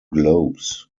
globes